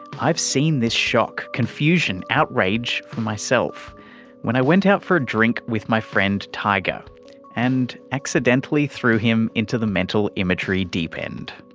i've seen this shock, confusion, outrage for myself when i went out for a drink with my friend tiger and accidentally threw him into the mental imagery deep end.